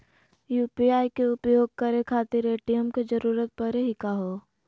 UPI के उपयोग करे खातीर ए.टी.एम के जरुरत परेही का हो?